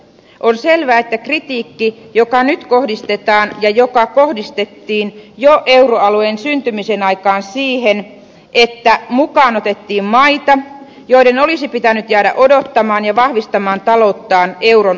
on selvää että kritiikkiä nyt kohdistetaan ja kohdistettiin jo euroalueen syntymisen aikaan siihen että mukaan otettiin maita joiden olisi pitänyt jäädä odottamaan ja vahvistamaan talouttaan euron ulkopuolella